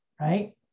right